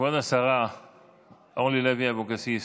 כבוד השרה אורלי לוי אבקסיס